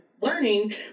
learning